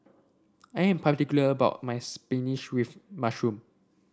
I am particular about my spinach with mushroom